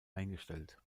eingestellt